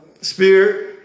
Spirit